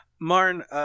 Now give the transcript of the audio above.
Marn